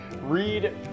read